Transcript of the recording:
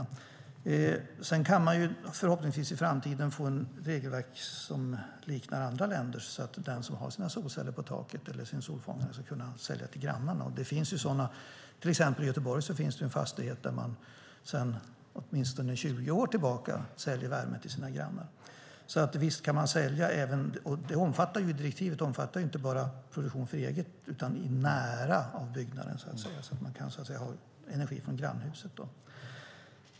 I framtiden kan man förhoppningsvis få ett regelverk som liknar andra länders så att den som har sina solceller på taket eller en solfångare kan sälja till grannarna. Till exempel i Göteborg finns det en fastighet där man sedan åtminstone 20 år tillbaka säljer värme till sina grannar. Så visst kan man sälja, och direktivet omfattar ju inte bara produktion för eget bruk utan även nära byggnaden så att man kan ha energi från grannhuset.